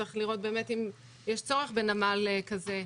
צריך לראות אם יש צורך בנמל כזה.